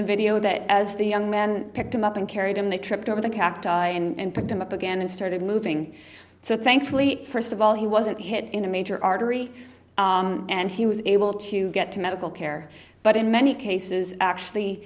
the video that as the young men picked him up and carried him they tripped over the cacti and picked him up again and started moving so thankfully first of all he wasn't hit in a major artery and he was able to get to medical care but in many cases actually